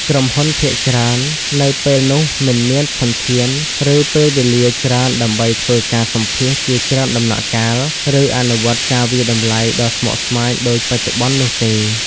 ក្រុមហ៊ុនភាគច្រើននៅពេលនោះមិនមានធនធាន ឬពេលវេលាច្រើនដើម្បីធ្វើការសម្ភាសន៍ជាច្រើនដំណាក់កាល ឬអនុវត្តការវាយតម្លៃដ៏ស្មុគស្មាញដូចបច្ចុប្បន្ននោះទេ។